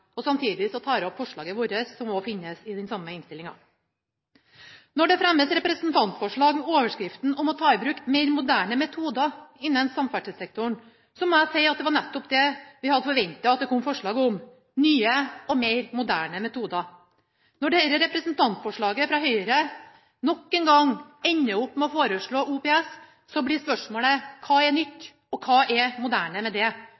forslag. Samtidig tar jeg opp forslaget vårt som også finnes i den samme innstillinga. Når det fremmes representantforslag med overskriften om å ta i bruk mer moderne metoder innen samferdselssektoren, må jeg si at det var nettopp det vi hadde forventet, at det kom forslag om nye og mer moderne metoder. Når dette representantforslaget fra Høyre nok en gang ender opp med å foreslå OPS, blir spørsmålet: Hva er nytt og hva er moderne med det?